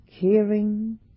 caring